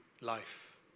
life